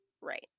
Right